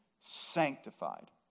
sanctified